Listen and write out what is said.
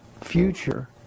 future